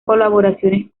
colaboraciones